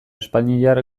espainiar